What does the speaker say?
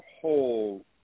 whole